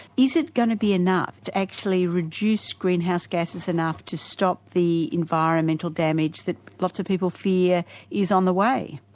is it going to be enough to actually reduce greenhouse gases enough to stop the environmental damage that lots of people fear is on the way?